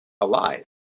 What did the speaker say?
alive